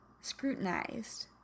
scrutinized